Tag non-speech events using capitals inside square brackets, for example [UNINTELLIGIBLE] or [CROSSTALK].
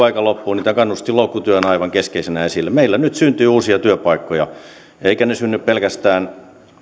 [UNINTELLIGIBLE] aika loppuu kannustinloukkutyön aivan keskeisenä esille meillä nyt syntyy uusia työpaikkoja eivätkä ne synny pelkästään